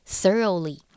thoroughly